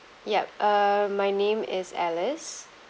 yup um my name is alice